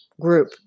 group